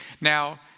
Now